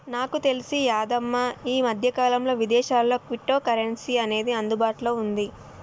నాకు తెలిసి యాదమ్మ ఈ మధ్యకాలంలో విదేశాల్లో క్విటో కరెన్సీ అనేది అందుబాటులో ఉంది